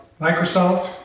Microsoft